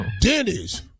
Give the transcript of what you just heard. Denny's